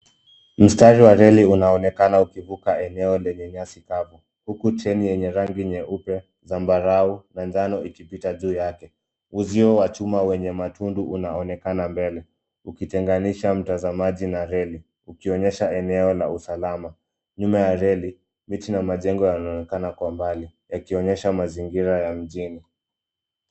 Mstari wa reli unaonekana ukivuka eneo lenye nyasi kavu huku treni yenye rangi nyeupe, zambarau na njano ikipita juu yake. Uzio wa chuma wenye matundu unaonekana mbele, ukitenganisha mtazamaji na reli, ukionyesha eneo la usalama. Nyuma ya reli, miti na majengo yanaonekana kwa mbali yakionyesha mazingira ya mjini.